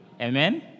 Amen